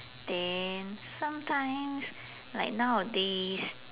then sometimes like nowadays